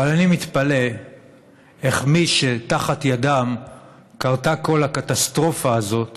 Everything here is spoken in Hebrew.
אבל אני מתפלא שמי שתחת ידם קרתה כל הקטסטרופה הזאת